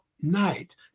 night